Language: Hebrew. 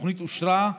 התוכנית אושרה,